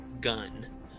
gun